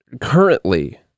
currently